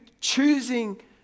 choosing